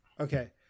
Okay